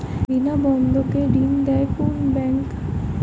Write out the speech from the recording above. বিনা বন্ধক কে ঋণ দেয় কোন ব্যাংক?